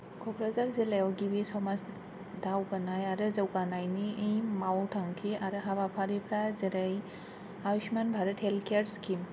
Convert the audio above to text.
क'क्राझार जिल्लाआव गिबि समाज दावगानाय आरो जौगानायनि इ मावथांखि आरो हाबाफारिफ्रा जेरै Ayushman Bharat health care skin